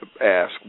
ask